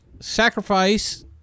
sacrifice